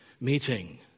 meeting